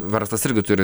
verslas irgi turi